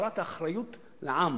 והעברת האחריות לעם,